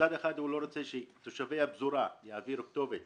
מצד אחד הוא לא רוצה שתושבי הפזורה יעבירו כתובת